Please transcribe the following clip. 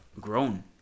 grown